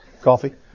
Coffee